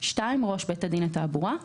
(2)ראש בית דין לתעבורה,